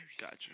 Gotcha